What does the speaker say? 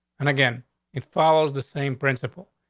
and again it follows the same principle.